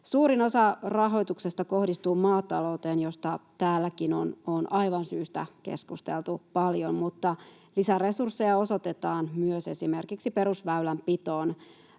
Suurin osa rahoituksesta kohdistuu maatalouteen, josta täälläkin on aivan syystä keskusteltu paljon, mutta lisäresursseja osoitetaan myös esimerkiksi perusväylänpitoon